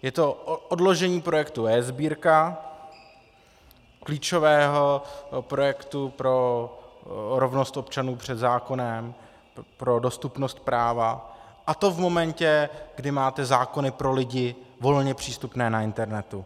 Je to odložení projektu eSbírka, klíčového projektu pro rovnost občanů před zákonem, pro dostupnost práva, a to v momentě, kdy máme zákony pro lidi volně přístupné na internetu.